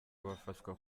bafashwa